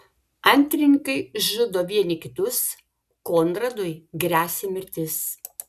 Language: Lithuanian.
antrininkai žudo vieni kitus konradui gresia mirtis